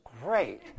great